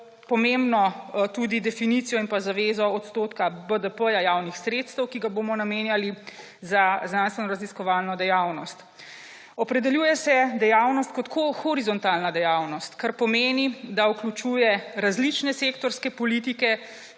tudi definicijo in zavezo odstotka BDP javnih sredstev, ki ga bomo namenjali za znanstvenoraziskovalno dejavnost. Opredeljuje se dejavnost kot horizontalna dejavnost, kar pomeni, da vključuje različne sektorske politike,